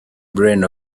brain